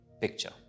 picture